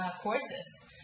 courses